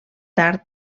tard